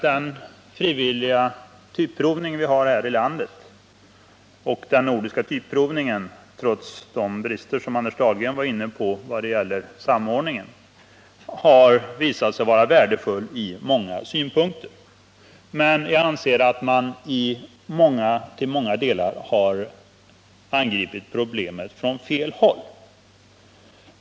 Den frivilliga typprovning vi har här i landet och den nordiska typprovningen har, trots de brister som Anders Dahlgren nämnde när det gäller samordningen, visat sig vara värdefull från många synpunkter. Men jag anser att man har angripit problemet från fel håll.